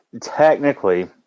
technically